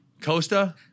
Costa